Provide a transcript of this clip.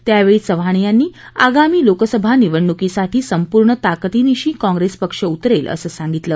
त्यावेळी चव्हाण यांनी आगामी लोकसभा निवडणूकीसाठी संपूर्ण ताकतीनिशी काँग्रेस पक्ष उतरेल असं सांगितलं